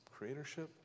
creatorship